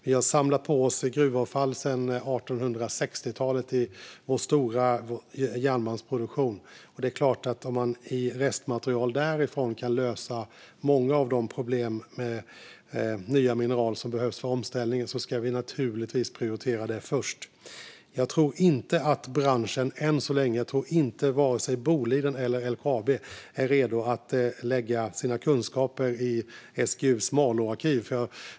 Vi har samlat på oss gruvavfall sedan 1860-talet i vår stora järnmalmsproduktion. Om restmaterialet därifrån kan lösa många av de problem med nya mineral som behövs för omställningen ska vi naturligtvis prioritera detta först. Jag tror inte att branschen än så länge, vare sig Boliden eller LKAB, är redo att lägga sina kunskaper i SGU:s Malåarkiv.